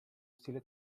stile